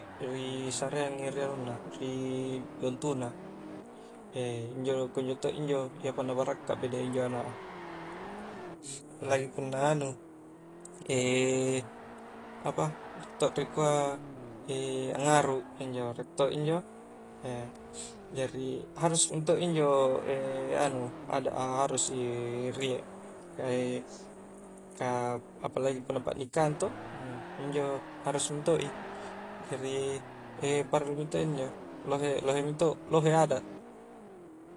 Ri saraeang i ri anunna ri dontuna, injo kunjo to injo iyapa na barakka injo anak a apalagi punna anu, apa riek todo rikua angngaru, injo riek to injo, jari harus mento injo anu adat a harus i riek ka apalagi punna pannikang to injo harus mento i jari parallu mento injo lohe-lohe mento lohe adat.